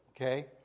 Okay